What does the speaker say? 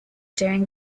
during